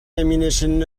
ammunition